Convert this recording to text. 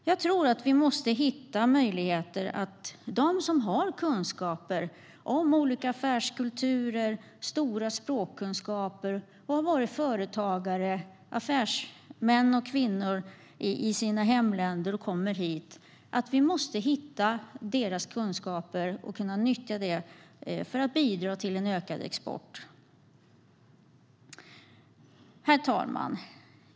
Jag tror att vi måste hitta möjligheter att nyttja dem som har kunskaper om olika affärskulturer, stora språkkunskaper och har varit företagare, affärsmän och kvinnor, i sina hemländer, för att bidra till en ökad export. Herr talman!